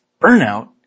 Burnout